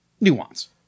Nuance